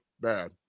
bad